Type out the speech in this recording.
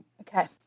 Okay